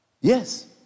Yes